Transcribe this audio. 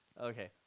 Okay